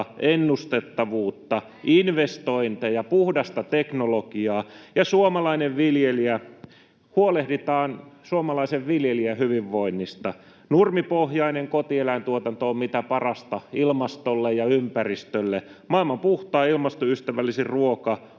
ennustettavuutta, investointeja, puhdasta teknologiaa ja huolehditaan suomalaisen viljelijän hyvinvoinnista. Nurmipohjainen kotieläintuotanto on mitä parasta ilmastolle ja ympäristölle. Maailman puhtain, ilmastoystävällisin ruoka on